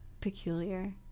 peculiar